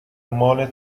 مال